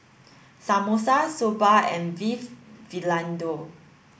Samosa Soba and Beef Vindaloo